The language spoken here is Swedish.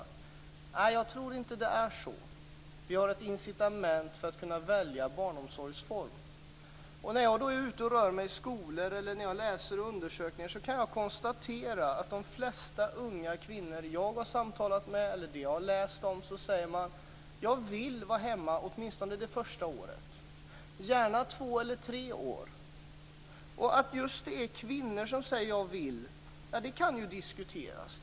Nej, jag tror inte att det är så. Man har ett incitament för att kunna välja barnomsorgsform. När jag är ute i skolor eller när jag läser undersökningar kan jag konstatera att de flesta unga kvinnor som jag har samtalat med eller läst om säger att de vill vara hemma åtminstone under det första året och gärna två eller tre år. Och att det är just kvinnor som säger att de vill det kan ju diskuteras.